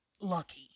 lucky